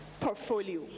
portfolio